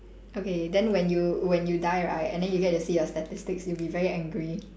okay then when you when you die right and then you get to see your statistics you'll be very angry